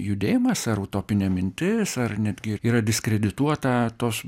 judėjimas ar utopinė mintis ar netgi yra diskredituota tos